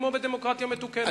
כמו בדמוקרטיה מתוקנת.